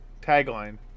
tagline